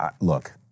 look